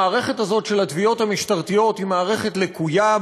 המערכת הזאת של התביעות המשטרתיות היא מערכת לקויה,